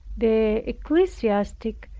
the ecclesiastic,